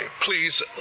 please